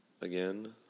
again